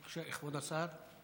בבקשה, כבוד השר.